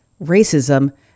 racism